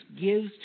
gives